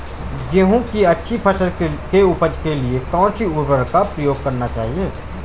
गेहूँ की अच्छी फसल की उपज के लिए कौनसी उर्वरक का प्रयोग करना चाहिए?